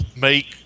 make